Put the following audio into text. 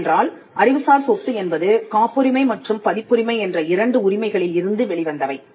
ஏனென்றால் அறிவுசார் சொத்து என்பது காப்புரிமை மற்றும் பதிப்புரிமை என்ற இரண்டு உரிமைகளில் இருந்து வெளிவந்தவை